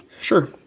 Sure